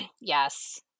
yes